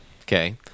okay